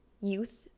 youth